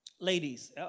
Ladies